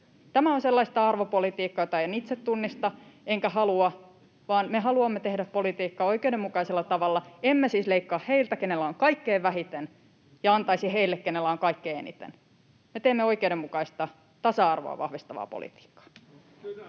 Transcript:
Tämä on sellaista arvopolitiikkaa, jota en itse tunnista enkä halua, vaan me haluamme tehdä politiikkaa oikeudenmukaisella tavalla. Emme siis leikkaisi heiltä, keillä on kaikkein vähiten, ja antaisi heille, keillä on kaikkein eniten. Me teemme oikeudenmukaista, tasa-arvoa vahvistavaa politiikkaa.